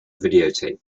videotape